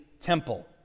temple